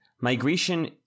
migration